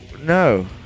No